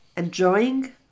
Enjoying